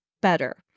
better